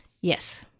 Yes